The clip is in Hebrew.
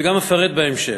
וגם אפרט בהמשך.